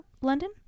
london